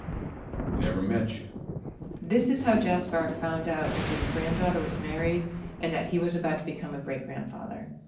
never met you this is how jaspar found out that his granddaughter was married and that he was about to become a great-grandfather